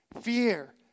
Fear